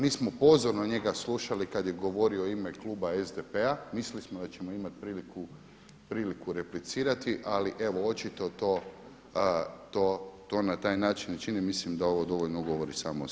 Mi smo pozorno njega slušali kada je govorio u ime kluba SDP-a, mislili smo da ćemo imati priliku replicirati ali evo očito to na taj način … mislim da ovo dovoljno govori samo o sebi.